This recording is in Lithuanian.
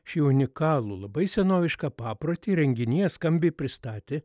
šį unikalų labai senovišką paprotį renginyje skambiai pristatė